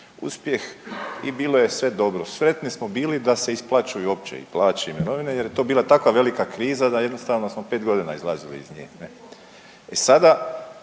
uspjeh i bilo je sve dobro. Sretni smo bili da se isplaćuju uopće i plaće i mirovine jer je to bila takva velika kriza da jednostavno smo 5 godina izlazili iz nje.